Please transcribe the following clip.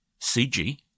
CG